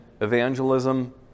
evangelism